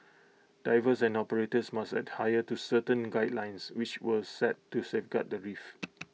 divers and operators must to certain guidelines which were set to safeguard the reef